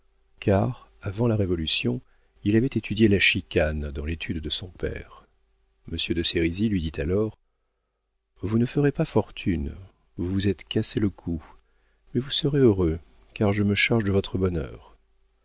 car avant la révolution il avait étudié la chicane dans l'étude de son père monsieur de sérisy lui dit alors vous ne ferez pas fortune vous vous êtes cassé le cou mais vous serez heureux car je me charge de votre bonheur